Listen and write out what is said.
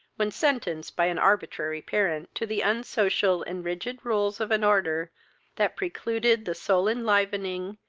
when sentenced by an arbitrary parent to the unsocial and rigid rules of an order that precluded the soul-enlivening,